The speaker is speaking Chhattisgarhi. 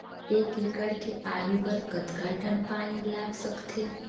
एक एकड़ के आलू बर कतका टन पानी लाग सकथे?